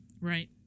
Right